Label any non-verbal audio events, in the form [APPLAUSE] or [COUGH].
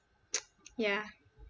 [NOISE] ya